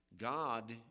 God